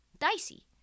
Dicey